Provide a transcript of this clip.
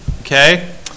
Okay